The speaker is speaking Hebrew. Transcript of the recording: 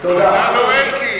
אתה לא אלקין.